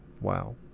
Wow